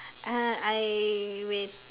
uh I will